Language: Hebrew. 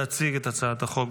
להציג את הצעת החוק,